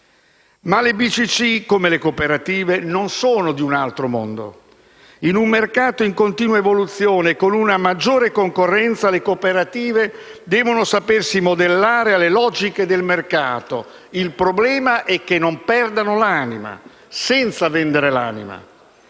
Ma le BCC, come le cooperative, non sono di un altro mondo. In un mercato in continua evoluzione e con una maggiore concorrenza, le cooperative devono sapersi modellare alle logiche del mercato. Il problema è che non perdano l'anima: senza vendere l'anima.